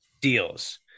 deals